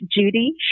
Judy